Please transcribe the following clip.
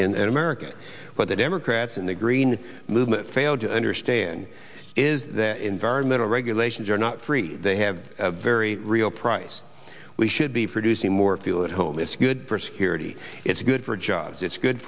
crisis in america but the democrats in the green movement failed to understand is the environmental reg relations are not free they have a very real price we should be producing more feel at home it's good for security it's good for jobs it's good